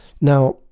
Now